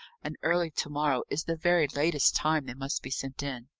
and early to-morrow, is the very latest time they must be sent in.